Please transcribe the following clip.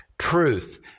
truth